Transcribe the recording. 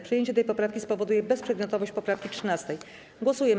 Przyjęcie tej poprawki spowoduje bezprzedmiotowość poprawki 13. Głosujemy.